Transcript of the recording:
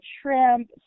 shrimp